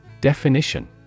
Definition